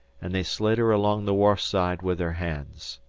and they slid her along the wharf-side with their hands.